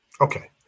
Okay